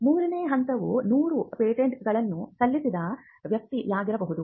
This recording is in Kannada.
ಮೂರನೇ ಹಂತವು 100 ಪೇಟೆಂಟ್ಗಳನ್ನು ಸಲ್ಲಿಸಿದ ವ್ಯಕ್ತಿಯಾಗಿರಬಹುದು